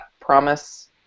promise